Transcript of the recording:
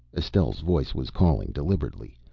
estelle's voice was calling deliberately.